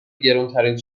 گرونترین